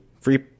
free